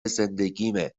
زندگیمه